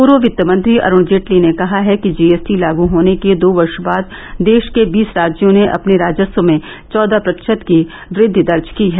पूर्व वित्त मंत्री अरूण जेटली ने कहा है कि जी एस टी लागू होने के दो वर्ष बाद देश के बीस राज्यों ने अपने राजस्व में चौदह प्रतिशत की वृद्धि दर्ज की है